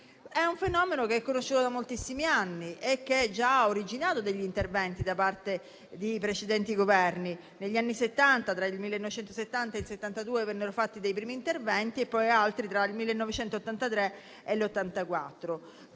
È un fenomeno conosciuto da moltissimi anni che ha già originato degli interventi da parte di precedenti Governi. Negli anni Settanta (tra il 1970 e il 1972) vennero fatti dei primi interventi, e altri tra il 1983 e il 1984.